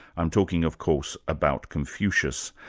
i'm talking of course about confucius,